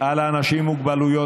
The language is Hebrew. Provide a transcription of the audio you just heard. על האנשים עם המוגבלויות,